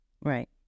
Right